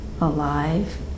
alive